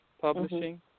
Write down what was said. Publishing